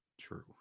True